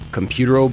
Computer